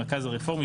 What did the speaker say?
המרכז הרפורמי,